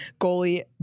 goalie